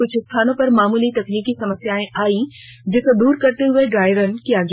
कुछ स्थानों पर मामूली तकनीकी समस्याएं आई जिसे दूर करते हुए ड्राई रन किया गया